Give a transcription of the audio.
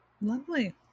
lovely